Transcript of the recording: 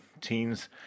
teens